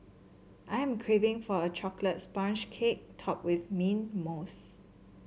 I am craving for a chocolate sponge cake topped with mint mousse